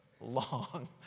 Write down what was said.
long